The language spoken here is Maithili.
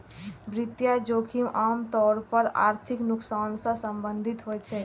वित्तीय जोखिम आम तौर पर आर्थिक नुकसान सं संबंधित होइ छै